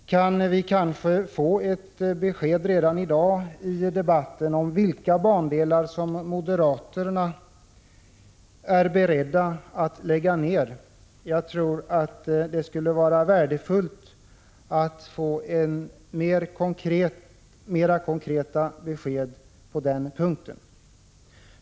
Kan vi kanske få ett besked redan i dagens debatt om vilka bandelar som moderaterna är beredda att lägga ner? Jag tror att det skulle vara värdefullt att få mera konkreta besked på den punkten.